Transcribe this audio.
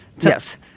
Yes